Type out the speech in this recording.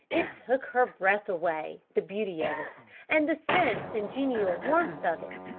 it took her breath away, the beauty of it and the sense and genial warmth of it.